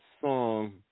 song